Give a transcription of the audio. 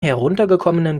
heruntergekommenen